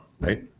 right